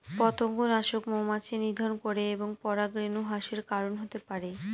পতঙ্গনাশক মৌমাছি নিধন করে এবং পরাগরেণু হ্রাসের কারন হতে পারে